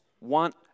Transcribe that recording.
want